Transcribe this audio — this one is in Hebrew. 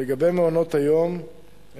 לגבי מעונות-יום,